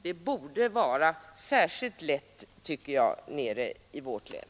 Det borde vara särskilt lätt, tycker jag, nere i vårt län.